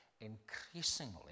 increasingly